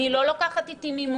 אני לא לוקחת איתי מימון,